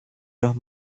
los